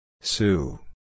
Sue